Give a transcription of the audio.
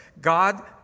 God